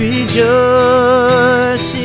Rejoice